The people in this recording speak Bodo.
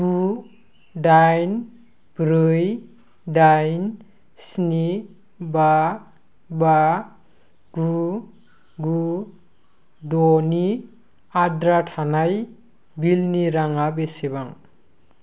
गु दाइन ब्रै दाइन स्नि बा बा गु गु दनि आद्रा थानाय बिलनि राङा बेसेबां